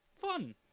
Fun